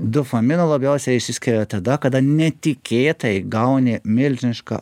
dopamino labiausiai išsiskiria tada kada netikėtai gauni milžinišką